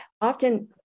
often